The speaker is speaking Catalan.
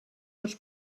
els